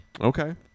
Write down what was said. okay